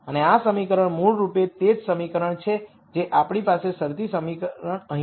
અને આ સમીકરણ મૂળરૂપે તે જ સમીકરણ છે જે આપણી પાસે શરતી સમીકરણ અહીં છે